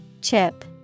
Chip